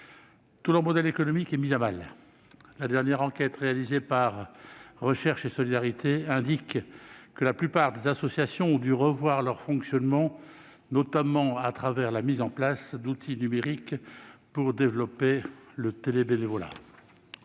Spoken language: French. Tout leur modèle économique est mis à mal. La dernière enquête réalisée par Recherches et solidarités indique que la plupart des associations ont dû revoir leur fonctionnement, notamment à travers la mise en place d'outils numériques, pour développer le « télébénévolat